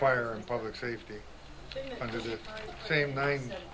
fire public safety under that same night